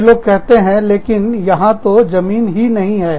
वे लोग कहते हैं लेकिन यहां तो जगह ही नहीं है